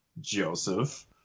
Joseph